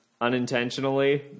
unintentionally